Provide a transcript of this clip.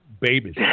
babies